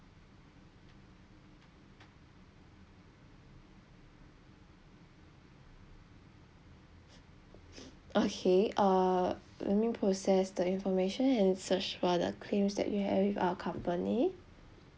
okay uh let me process the information and search for the claims that you have with our company